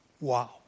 Wow